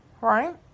Right